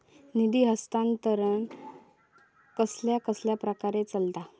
निधी हस्तांतरण कसल्या कसल्या प्रकारे चलता?